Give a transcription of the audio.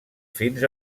fins